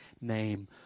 name